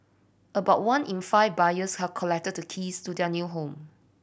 about one in five buyers have collected the keys to their new home